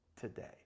today